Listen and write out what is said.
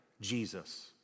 Jesus